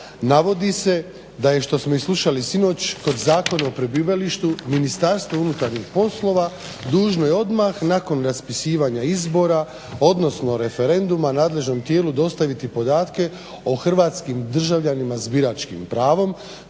2.navodi se sa smo i slušali sinoć kod Zakona o prebivalištu MUP dužno je odmah nakon raspisivanja izbora odnosno referenduma nadležnom tijelu dostaviti podatke o hrvatskim državljanima s biračkim pravom